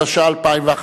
התשע"א 2011,